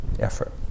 effort